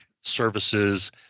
services